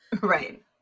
right